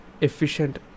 efficient